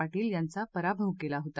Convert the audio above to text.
पाटील यांचा पराभव केला होता